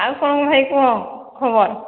ଆଉ କ'ଣ ଭାଇ କୁହ ଖବର